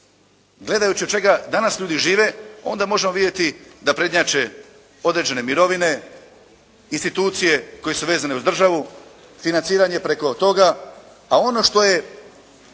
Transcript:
Gledajući od čega danas ljudi žive onda možemo vidjeti da prednjače određene mirovine, institucije koje su vezane uz državu, financiranje preko toga, a ono što je